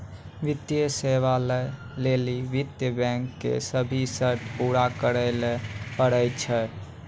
वित्तीय सेवा लै लेली वित्त बैंको के सभ्भे शर्त पूरा करै ल पड़ै छै